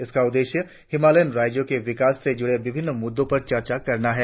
इसका उद्देश्य हिमालयन राज्यों के विकास से जुड़े विभिन्न मुद्दों पर चर्चा करना है